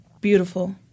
beautiful